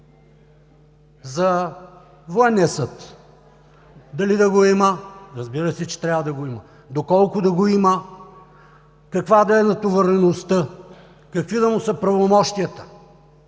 За Военния съд – дали да го има, разбира се, че трябва да го има, доколко да го има, каква да е натовареността, какви да са му правомощията?